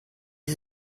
sie